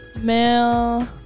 Male